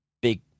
big